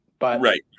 Right